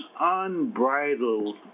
unbridled